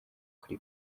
kuri